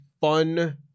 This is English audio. fun